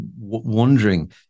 wondering